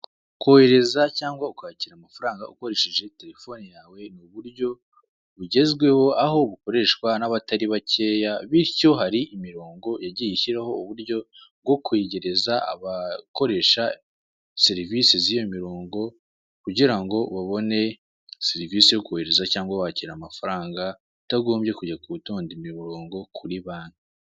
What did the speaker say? Kohereza cyangwa ukakira amafaranga ukoresheje terefone yawe ni uburyo bugezweho, aho bukoreshwa n'abatari bakeya, bityo hari imirongo yagiye ishyiraho uburyo bwo kwegereza abakoresha serivisi z'iyo mirongo kugira ngo babone serivisi yo kohereza cyangwa wakira amafaranga utagombye kujya ku gutonda imirongo kuri banki.